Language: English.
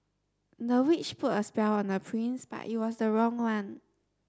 the witch put a spell on the prince but it was the wrong one